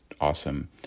awesome